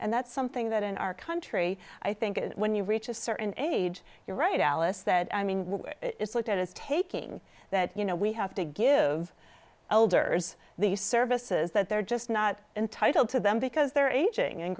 and that's something that in our country i think when you reach a certain age you're right alice that i mean is looked at as taking that you know we have to give elders these services that they're just not entitled to them because they're aging and